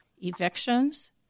evictions